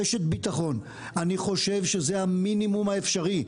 רשת ביטחון, אני חושב שזה המינימום האפשרי,